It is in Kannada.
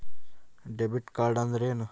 ಡೆಬಿಟ್ ಕಾರ್ಡ್ ಅಂದ್ರೇನು?